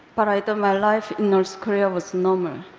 but i thought my life in north korea was normal.